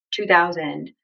2000